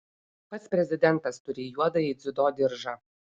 pats prezidentas turi juodąjį dziudo diržą